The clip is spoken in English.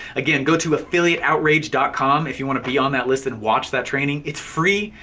again go to affiliateoutrage dot com if you wanna be on that list, and watch that training, it's free.